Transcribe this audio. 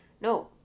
no